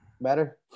Better